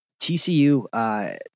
TCU